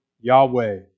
Yahweh